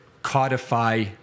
Codify